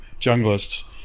junglist